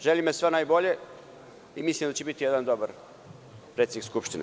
Želim joj sve najbolje i mislim da će biti jedan dobar predsednik Skupštine.